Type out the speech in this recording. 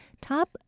top